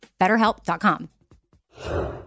BetterHelp.com